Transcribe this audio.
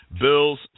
Bills